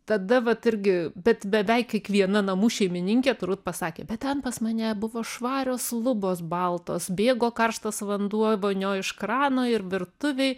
tada vat irgi bet beveik kiekviena namų šeimininkė turbūt pasakė bet ten pas mane buvo švarios lubos baltos bėgo karštas vanduo vonioj iš krano ir virtuvėj